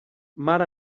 mar